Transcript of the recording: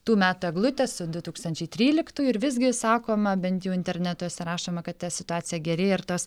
tų metų eglutė su du tūkstančiai tryliktųjų ir visgi sakoma bent jau internetuose rašoma kad ta situacija gerėja ir tos